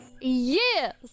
Yes